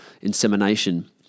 insemination